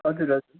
हजुर हजुर